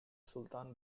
sultan